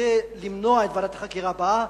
כדי למנוע את ועדת החקירה הבאה,